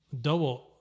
double